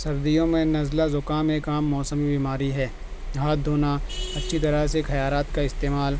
سردیوں میں نزلہ زکام ایک عام موسمی بیماری ہے ہاتھ دھونا اچھی طرح سے خیارات کا استعمال